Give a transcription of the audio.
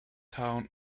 town